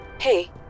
Hey